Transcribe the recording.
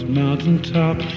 mountaintop